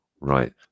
Right